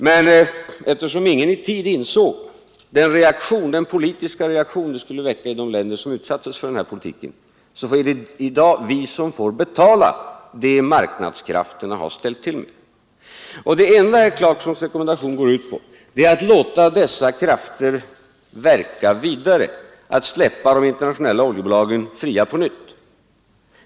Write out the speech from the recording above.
Men eftersom ingen i tid insåg den politiska reaktion det skulle väcka i de länder, som utsattes för denna politik, blir det vi som i dag får betala det som marknadskrafterna ställt till med. Det enda herr Clarksons rekommendation går ut på är att låta dessa krafter verka vidare, att på nytt släppa de internationella oljebolagen fria.